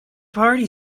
party